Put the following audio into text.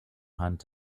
hunt